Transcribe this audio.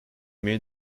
made